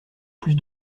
plus